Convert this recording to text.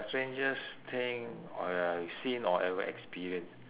strangest thing I've seen or ever experienced